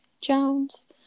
Jones